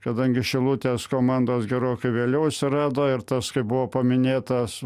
kadangi šilutės komandos gerokai vėliau atsirado ir tas kai buvo paminėtas